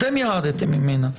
אתם ירדתם ממנה,